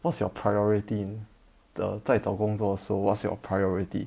what's your priority in the 在找工作 so what's your priority